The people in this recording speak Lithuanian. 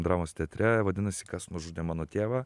dramos teatre vadinasi kas nužudė mano tėvą